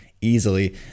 easily